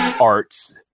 Arts